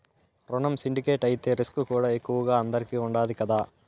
రునం సిండికేట్ అయితే రిస్కుకూడా ఎక్కువగా అందరికీ ఉండాది కదా